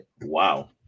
Wow